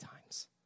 times